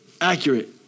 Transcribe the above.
accurate